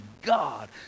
God